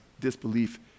disbelief